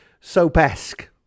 soap-esque